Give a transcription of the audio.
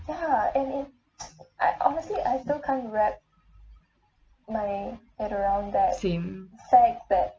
same